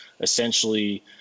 essentially